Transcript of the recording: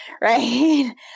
right